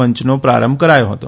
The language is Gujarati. મંચનો પ્રારંભ કરાયો હતો